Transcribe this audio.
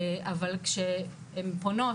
אבל כשהן פונות